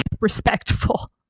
respectful